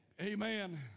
amen